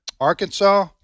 Arkansas